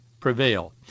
Prevail